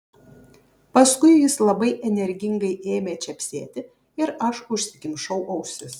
paskui jis labai energingai ėmė čepsėti ir aš užsikimšau ausis